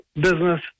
business